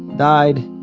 died.